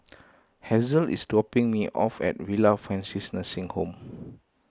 Hazelle is dropping me off at Villa Francis Nursing Home